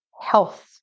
health